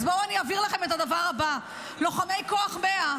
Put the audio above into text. אז בואו אני אבהיר לכם את הדבר הבא: לוחמי כוח 100,